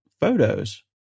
photos